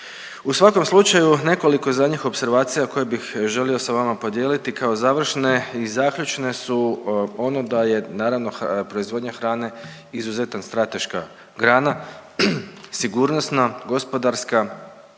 U svakom slučaju nekoliko zadnjih opservacija koje bih želio sa vama podijeliti kao završne i zaključne su ono da je naravno proizvodnja hrane izuzetna strateška grana, sigurnosna, gospodarska